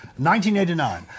1989